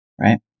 right